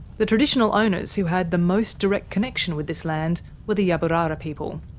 the traditional owners who had the most direct connection with this land were the yaburara people.